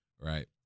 Right